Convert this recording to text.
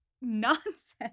nonsense